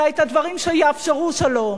אלא הדברים שיאפשרו שלום.